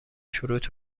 شروط